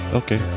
okay